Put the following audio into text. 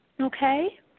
Okay